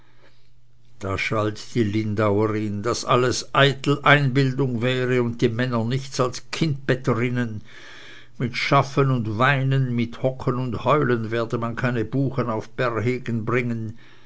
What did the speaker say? da schalt die lindauerin daß das eitel einbildung wäre und die männer nichts als kindbetterinnen mit schaffen und weinen mit hocken und heulen werde man keine buchen auf bärhegen bringen